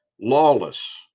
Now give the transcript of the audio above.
Lawless